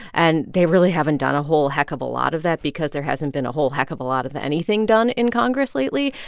and they really haven't done a whole heck of a lot of that because there hasn't been a whole heck of a lot of anything done in congress lately.